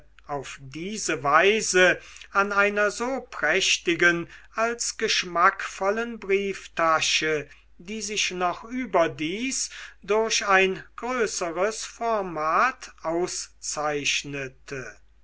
auf diese weise an einer so prächtigen als geschmackvollen brieftasche die sich noch überdies durch ein größeres format auszeichnete